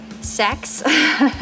sex